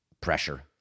pressure